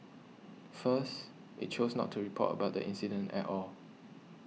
first it chose not to report about the incident at all